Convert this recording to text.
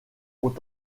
aux